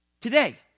Today